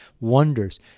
wonders